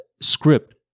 script